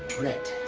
red.